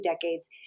decades